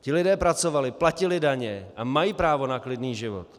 Ti lidé pracovali, platili daně a mají právo na klidný život.